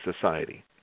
society